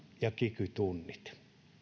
ja kiky tunnit